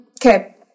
Okay